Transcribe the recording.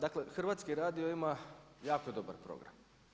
Dakle, Hrvatski radio ima jako dobar program.